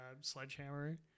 sledgehammer